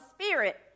spirit